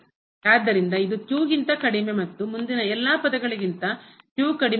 ಆದ್ದರಿಂದ ಇದು ಗಿಂತ ಕಡಿಮೆ ಮತ್ತು ಮುಂದಿನ ಎಲ್ಲಾ ಪದಗಳಿಗಿಂತ ಕಡಿಮೆ ಯಾಗಿರುತ್ತದೆ